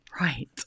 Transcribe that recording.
Right